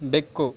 ಬೆಕ್ಕು